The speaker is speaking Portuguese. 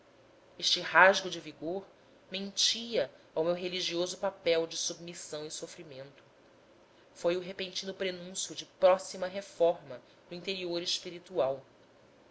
este rasgo de vigor mentia ao meu religioso papel de submissão e sofrimento foi o repentino prenúncio de próxima reforma no interior espiritual